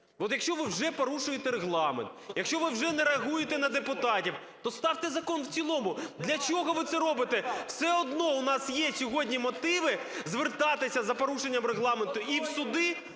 От якщо ви вже порушуєте Регламент, якщо ви вже не реагуєте на депутатів, то ставте закон в цілому! Для чого ви це робите? Все одно у нас є сьогодні мотиви звертатися за порушенням Регламенту і в суди,